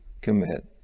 commit